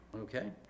okay